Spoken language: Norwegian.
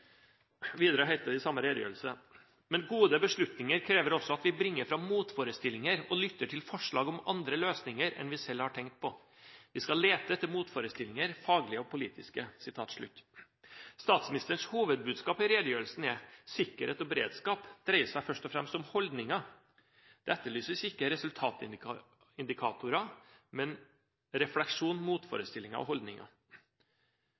Videre heter det i samme redegjørelse: «Men gode beslutninger krever også at vi bringer fram motforestillinger og lytter til forslag om andre løsninger enn vi selv har tenkt på. Vi skal lete etter motforestillinger – faglige og politiske.» Statsministerens hovedbudskap i redegjørelsen er: Sikkerhet og beredskap dreier seg først og fremst om holdninger. Det etterlyses ikke resultatindikatorer, men refleksjon,